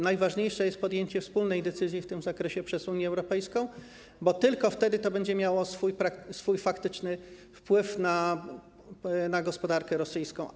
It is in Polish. Najważniejsze jest podjęcie wspólnej decyzji w tym zakresie przez Unię Europejską, bo tylko wtedy to będzie miało faktyczny wpływ na gospodarkę rosyjską.